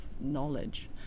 knowledge